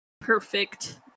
perfect